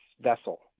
Vessel